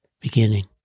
beginning